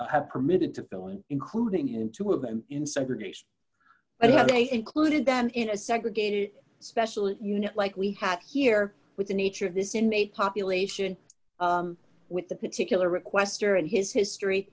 have permitted to fill in including in two of them in segregation and how they included them in a segregated special unit like we had here with the nature of this inmate population with the particular requester and his history